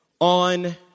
on